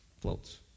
floats